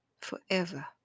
forever